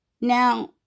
Now